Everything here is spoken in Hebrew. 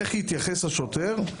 איך יתייחס השוטר?